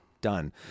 done